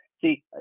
See